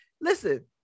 Listen